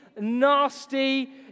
nasty